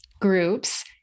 groups